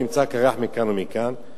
נמצא קירח מכאן ומכאן.